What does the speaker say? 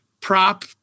prop